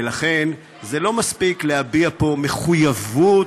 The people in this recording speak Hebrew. ולכן זה לא מספיק להביע פה מחויבות,